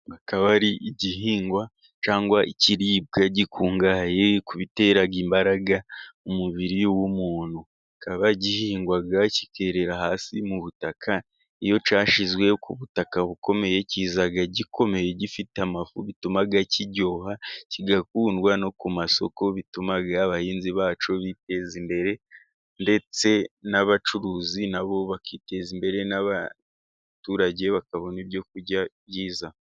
Akaba ari igihingwa cyangwa ikiribwa gikungahaye ku bitera imbaraga umubiri w'umuntu, akaba gihingwaga kikirira hasi mu butaka ,iyo cyashyizwe ku butaka bukomeye kiza gikomeye gifite amafu, bituma kiryoha, kigakundwa no ku masoko ,bituma abahinzi bacyo biteza imbere, ndetse n'abacuruzi na bo bakiteza imbere, n'abaturage bakabona ibyo kurya byiza.